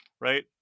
right